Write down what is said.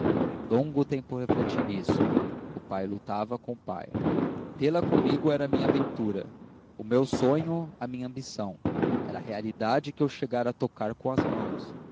longo tempo refleti nisso o pai lutava com o pai tê-la comigo era a minha ventura o meu sonho a minha ambição era a realidade que eu chegara a tocar com as mãos